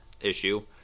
issue